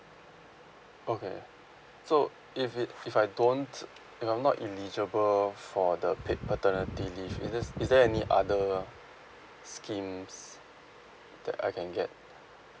okay so if it if I don't if I'm not eligible for the paid paternity leave it is is there any other schemes that I can get